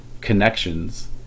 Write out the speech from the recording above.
connections